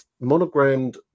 monogrammed